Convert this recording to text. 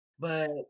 But-